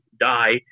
die